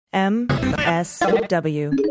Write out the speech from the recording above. M-S-W